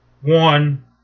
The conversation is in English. One